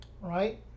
right